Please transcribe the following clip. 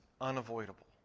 unavoidable